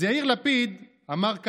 אז יאיר לפיד אמר: